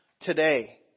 Today